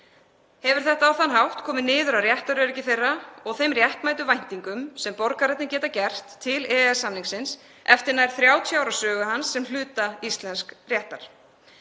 Hefur þetta á þann hátt komið niður á réttaröryggi þeirra og þeim réttmætu væntingum sem borgararnir geta gert til EES-samningsins, eftir nær 30 ára sögu hans sem hluta íslensks réttar.